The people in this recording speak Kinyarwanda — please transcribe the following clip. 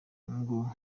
ngo